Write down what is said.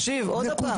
תקשיב, עוד פעם.